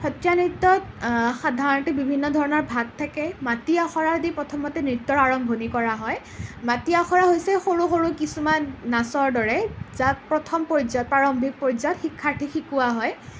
সত্ৰীয়া নৃত্যত সাধাৰণতে বিভিন্ন ধৰণৰ ভাগ থাকে মাটি আখৰাদি প্ৰথমতে নৃত্যৰ আৰম্ভণি কৰা হয় মাটি আখৰা হৈছে সৰু সৰু কিছুমান নাচৰ দৰে যাক প্ৰথম পৰ্যায়ত প্ৰাৰম্ভিক পৰ্যায়ত শিক্ষাৰ্থীক শিকোৱা হয়